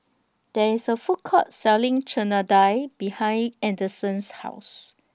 There IS A Food Court Selling Chana Dal behind Anderson's House